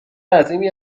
عظیمی